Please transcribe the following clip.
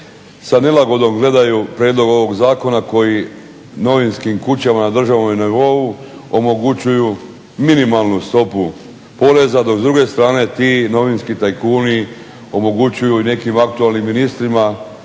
sa nelagodom gledaju prijedlog ovog zakona koji novinskim kućama na državnom nivou omogućuju minimalnu stopu poreza, dok s druge strane ti novinski tajkuni omogućuju i nekim aktualnim ministrima